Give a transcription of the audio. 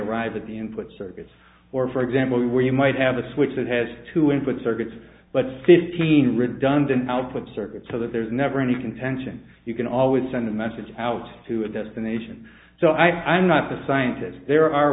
arrive at the input circuits or for example where you might have a switch that has two input circuits but fifteen redundant output circuits so that there's never any contention you can always send a message out to a destination so i'm not a scientist there are